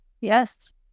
Yes